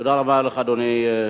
תודה רבה לך, אדוני.